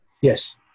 Yes